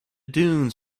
dunes